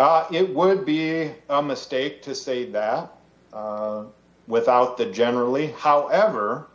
us it would be a mistake to say that without the generally however